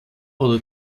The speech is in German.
oder